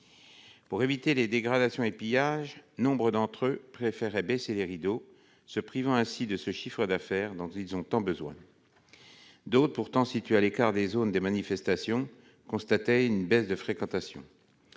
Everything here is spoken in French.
Pour éviter les dégradations et pillages, nombre d'entre eux ont préféré baisser le rideau, se privant ainsi de ce chiffre d'affaires dont ils ont tant besoin. D'autres, pourtant situés à l'écart des zones de manifestations, ont constaté une baisse de fréquentation.